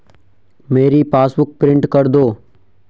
मेरी passbook print कर दो